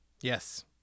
Yes